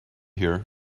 here